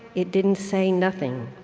it didn't say nothing.